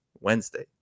Wednesday